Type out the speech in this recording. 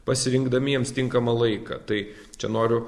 pasirinkdami jiems tinkamą laiką tai čia noriu